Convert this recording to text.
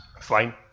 Fine